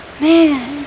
man